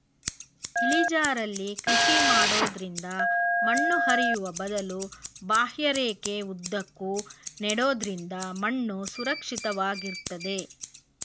ಇಳಿಜಾರಲ್ಲಿ ಕೃಷಿ ಮಾಡೋದ್ರಿಂದ ಮಣ್ಣು ಹರಿಯುವ ಬದಲು ಬಾಹ್ಯರೇಖೆ ಉದ್ದಕ್ಕೂ ನೆಡೋದ್ರಿಂದ ಮಣ್ಣು ಸುರಕ್ಷಿತ ವಾಗಿರ್ತದೆ